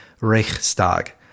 Reichstag